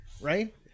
Right